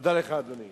תודה לך, אדוני.